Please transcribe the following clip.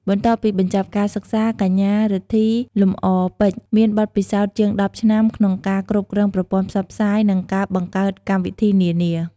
បន្ទាប់ពីបញ្ចប់ការសិក្សា កញ្ញា រិទ្ធី លំអរពេជ្រ មានបទពិសោធន៍ជាង ១០ ឆ្នាំក្នុងការ គ្រប់គ្រងប្រព័ន្ធផ្សព្វផ្សាយ និងការបង្កើតកម្មវិធីនានា។